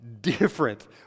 different